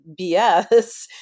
BS